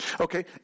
Okay